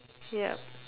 yup